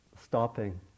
stopping